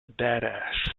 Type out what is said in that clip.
badass